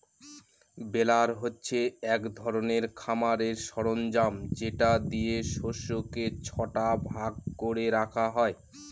বেলার হচ্ছে এক ধরনের খামারের সরঞ্জাম যেটা দিয়ে শস্যকে ছটা ভাগ করে রাখা হয়